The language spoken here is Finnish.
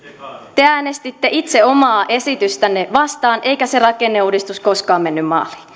te äänestitte itse omaa esitystänne vastaan eikä se rakenneuudistus koskaan mennyt maaliin